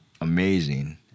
Amazing